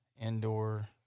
indoor